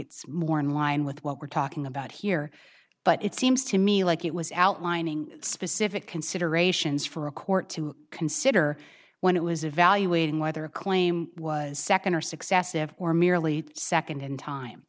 it's more in line with what we're talking about here but it seems to me like it was outlining specific considerations for a court to consider when it was evaluating whether a claim was second or successive or merely second in time